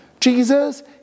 Jesus